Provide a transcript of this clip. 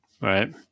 Right